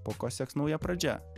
po ko seks nauja pradžia